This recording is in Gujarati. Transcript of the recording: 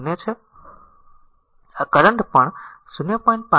5 i 0 છે આ કરંટ પણ 0